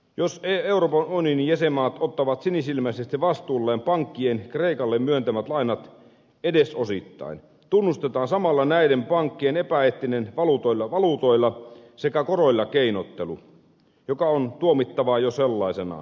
jos euroopan unionin jäsenmaat ottavat sinisilmäisesti vastuulleen pankkien kreikalle myöntämät lainat edes osittain tunnustetaan samalla näiden pankkien epäeettinen valuutoilla sekä koroilla keinottelu joka on tuomittavaa jo sellaisenaan